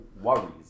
worries